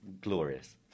glorious